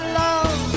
love